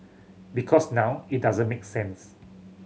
because now it doesn't make sense